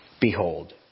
Behold